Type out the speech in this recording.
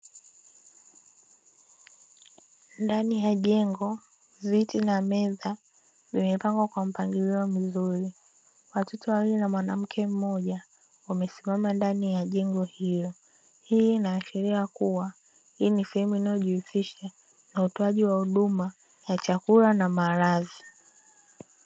Ndani ya jengo viti na meza vimepangwa kwa mpangilio mzuri watoto wawili na mwanamke mmoja wamesimama ndani ya jengo hilo, hii inaashiria kuwa hii ni sehemu inayojihusisha na utoaji wa huduma ya chakula na malazi.